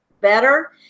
better